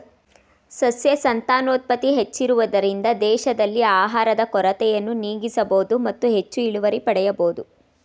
ಸಸ್ಯ ಸಂತಾನೋತ್ಪತ್ತಿ ಹೆಚ್ಚಿಸುವುದರಿಂದ ದೇಶದಲ್ಲಿ ಆಹಾರದ ಕೊರತೆಯನ್ನು ನೀಗಿಸಬೋದು ಮತ್ತು ಹೆಚ್ಚು ಇಳುವರಿ ಪಡೆಯಬೋದು